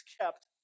kept